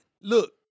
Look